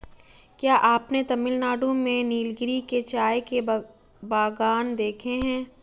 क्या आपने तमिलनाडु में नीलगिरी के चाय के बागान देखे हैं?